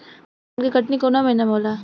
धान के कटनी कौन महीना में होला?